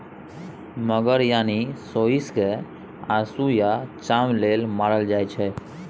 मगर यानी सोंइस केँ मासु आ चाम लेल मारल जाइ छै